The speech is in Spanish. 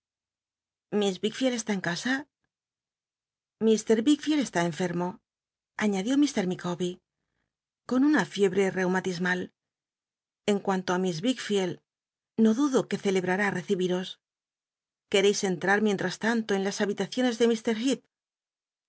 iss ickfield está en ca a ir ick icld cshi enfermo aía i micawbcr con una fiebre reuma ismael en cuanto á miss wick ield no dudo que ccleb h'á recibi ros qucreis enhar mientras tanto en las habitaciones de